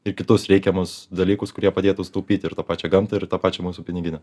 ir kitus reikiamus dalykus kurie padėtų sutaupyti ir tą pačią gamtą ir tą pačią mūsų piniginę